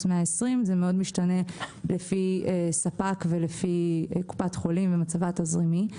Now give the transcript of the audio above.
120. זה מאוד משתנה לפי ספק ולפי קופת חולים ומצבה התזרימי.